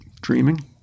Dreaming